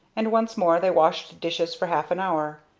and once more they washed dishes for half an hour.